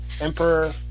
emperor